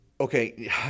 Okay